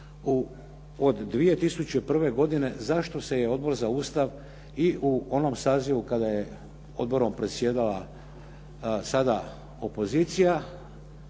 od 2001. godine zašto se Odbor za Ustav i u onom sazivu kada je odborom predsjedala sada opozicija,